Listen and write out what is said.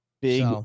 Big